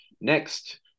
Next